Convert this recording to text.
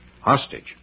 Hostage